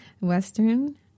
Western